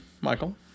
Michael